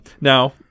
Now